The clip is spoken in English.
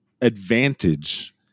advantage